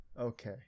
Okay